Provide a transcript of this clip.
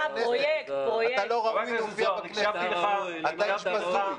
--- אתה לא ראוי להופיע בכנסת, אתה איש בזוי.